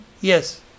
Yes